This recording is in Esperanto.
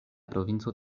provinco